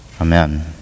Amen